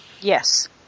Yes